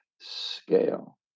scale